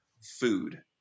food